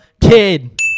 Kid